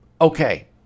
Okay